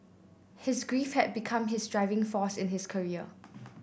his grief had become his driving force in his career